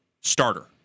starter